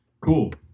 cool